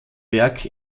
werk